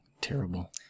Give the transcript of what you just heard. terrible